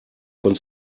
von